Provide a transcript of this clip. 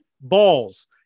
balls